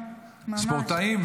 ספורטאים,